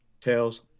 Tails